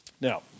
Now